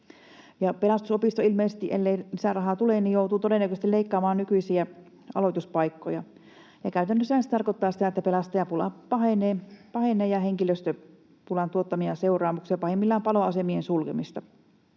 ilmeisesti, ellei lisärahaa tule, joutuu todennäköisesti leikkaamaan nykyisiä aloituspaikkoja, ja käytännössähän se tarkoittaa sitä, että pelastajapula pahenee, ja henkilöstöpulan tuottamia seuraamuksia, pahimmillaan paloasemien sulkemista.